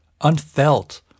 unfelt